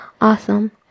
awesome